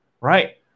right